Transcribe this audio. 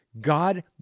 God